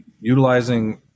Utilizing